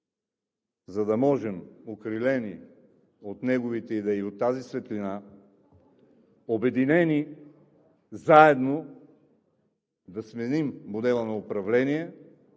за да можем, окрилени от неговите идеи и от тази светлина, обединени, заедно да сменим модела на управление